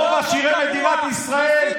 רוב עשירי מדינת ישראל,